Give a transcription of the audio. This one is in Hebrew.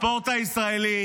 הספורט הישראלי